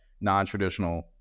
non-traditional